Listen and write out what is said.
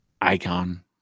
icon